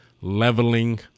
leveling